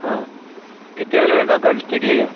ହଉ କେତେ ଜଣ ନେବାକୁ ଠିକ୍ ଲାଗିବ